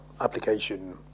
application